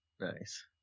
nice